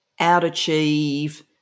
outachieve